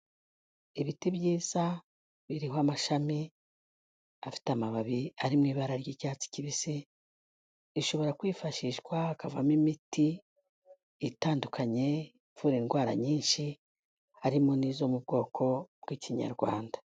Ibiti byiza biriho amashami afite amababi arimo ibara ry'icyatsi kibisi, ishobora kwifashishwa hakavamo imiti itandukanye ivura indwara nyinshi, harimo n'izo mu bwoko bw'Ikinyarwanda.